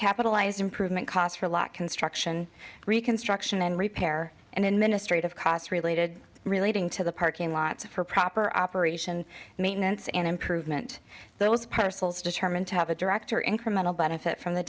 capitalized improvement costs for a lot construction reconstruction and repair and administrative costs related relating to the parking lots of for proper operation maintenance and improvement those parcels determined to have a direct or incremental benefit from the